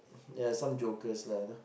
ya some jokers